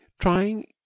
trying